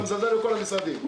אתה מזלזל בכל המשרדים,